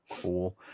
cool